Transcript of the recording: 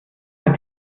hat